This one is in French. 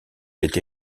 été